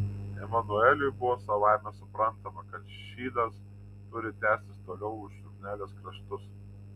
emanueliui buvo savaime suprantama kad šydas turi tęstis toliau už suknelės kraštus